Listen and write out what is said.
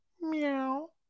Meow